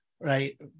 right